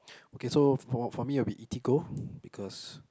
okay so for for me it'll be eatigo because